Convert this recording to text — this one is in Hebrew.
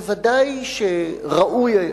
ודאי שראוי היה,